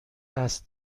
قصد